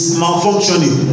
malfunctioning